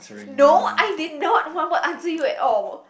no I did not what what answer you at all